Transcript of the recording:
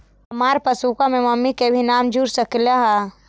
हमार पासबुकवा में मम्मी के भी नाम जुर सकलेहा?